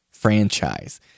franchise